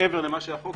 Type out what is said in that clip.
מעבר למה שהחוק